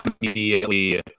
immediately